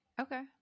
Okay